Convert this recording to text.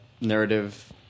narrative